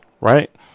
right